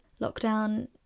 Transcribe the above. Lockdown